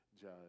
judge